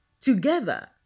together